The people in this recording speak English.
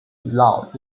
loud